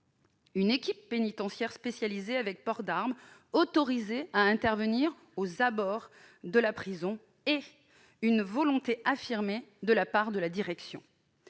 une équipe pénitentiaire spécialisée, avec port d'arme, autorisée à intervenir aux abords de la prison et une volonté affirmée de la part de la direction.